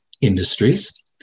industries